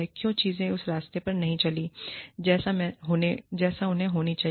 क्यों चीजें उस रास्ते पर नहीं चलीं जैसी उन्हें होनी चाहिए